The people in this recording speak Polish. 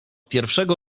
pierwszego